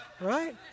Right